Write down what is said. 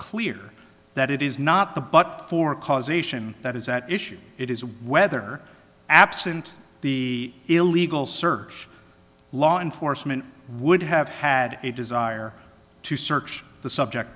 clear that it is not the but for causation that is at issue it is whether absent the illegal search law enforcement would have had a desire to search the subject